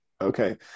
Okay